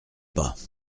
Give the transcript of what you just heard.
pas